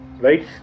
right